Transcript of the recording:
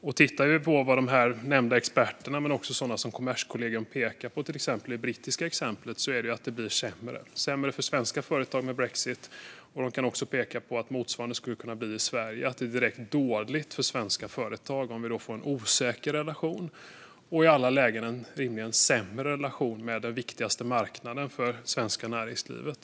Om vi tittar på vad dessa nämnda experter och till exempel Kommerskollegium pekar på i det brittiska exemplet är det att det blir sämre. Det blir sämre för svenska företag med brexit, och det skulle vara direkt dåligt för svenska företag om motsvarande skulle ske i Sverige, så att vi får en osäker relation och en i alla lägen sämre relation med den viktigaste marknaden för det svenska näringslivet.